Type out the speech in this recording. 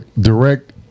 direct